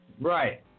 Right